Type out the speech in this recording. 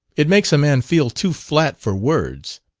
it makes a man feel too flat for words.